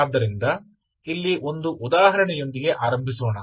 ಆದ್ದರಿಂದ ಇಲ್ಲಿ ಒಂದು ಉದಾಹರಣೆಯೊಂದಿಗೆ ಆರಂಭಿಸೋಣ